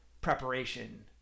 preparation